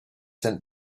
sent